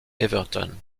everton